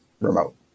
remote